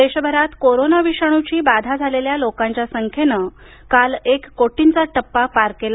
देशभरात कोरोना विषाणूची बाधा झालेल्या लोकांच्या संख्येनं काल एक कोटींचा टप्पा पार केला